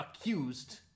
accused